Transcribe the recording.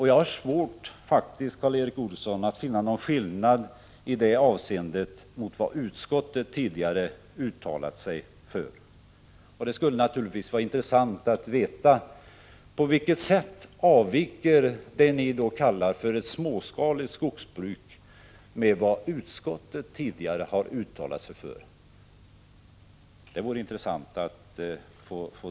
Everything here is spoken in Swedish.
Jag har faktiskt svårt, Karl Erik Olsson, att finna någon skillnad i det avseendet mot vad utskottet tidigare uttalat sig för. Det skulle vara intressant att veta på vilket sätt det ni kallar för ett småskaligt skogsbruk avviker från vad utskottet tidigare har uttalat sig för.